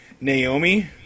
Naomi